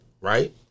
Right